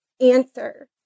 answer